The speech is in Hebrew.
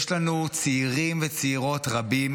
יש לנו צעירים וצעירות רבים